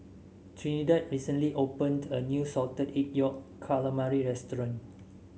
Trinidad recently opened a new Salted Egg Yolk Calamari restaurant